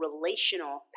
relational